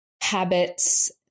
habits